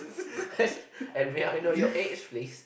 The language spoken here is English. and may I know your age please